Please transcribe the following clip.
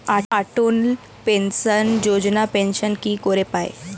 অটল pension Yojana pension কি করে পায়?